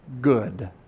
good